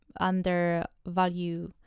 undervalue